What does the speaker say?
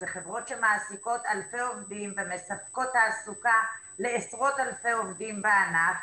זה חברות שמעסיקות אלפי עובדים ומספקות תעסוקה לעשרות אלפי עובדים בענף,